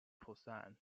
busan